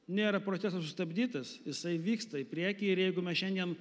nėra procesas sustabdytas jisai vyksta į priekį ir jeigu mes šiandien